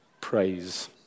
praise